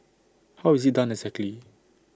how is IT done exactly